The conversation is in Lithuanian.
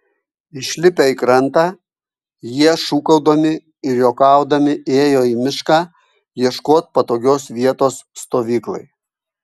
išlipę į krantą jie šūkaudami ir juokaudami ėjo į mišką ieškot patogios vietos stovyklai